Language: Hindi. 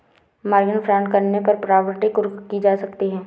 मॉर्गेज फ्रॉड करने पर प्रॉपर्टी कुर्क की जा सकती है